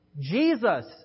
Jesus